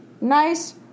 nice